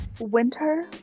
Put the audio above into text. Winter